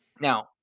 Now